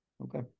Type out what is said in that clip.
Okay